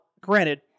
granted